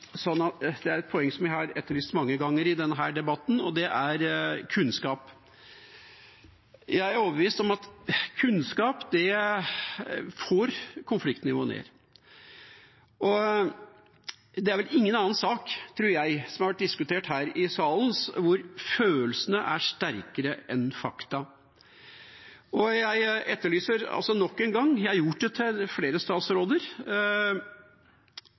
kunnskap. Jeg er overbevist om at kunnskap får konfliktnivået ned. Det er vel ingen annen sak, tror jeg, som har vært diskutert her i salen, hvor følelsene er sterkere enn fakta. Jeg etterlyser det nok en gang – jeg har gjort det til flere statsråder